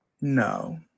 No